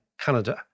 Canada